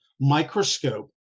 Microscope